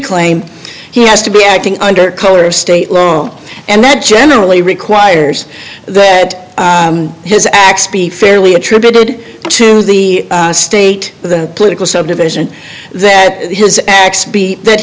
claim he has to be acting under color of state loan and that generally requires that his acts be fairly attributed to the state political subdivision that his acts be that